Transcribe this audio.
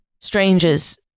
strangers